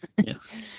Yes